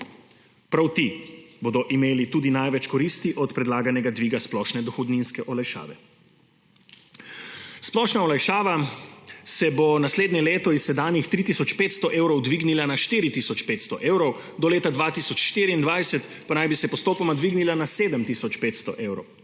Prav ti bodo imeli tudi največ koristi od predlaganega dviga splošne dohodninske olajšave. Splošna olajšava se bo naslednje leto s sedanjih 3 tisoč 500 evrov dvignila na 4 tisoč 500 evrov, do leta 2024 pa naj bi se postopoma dvignila na 7 tisoč 500 evrov.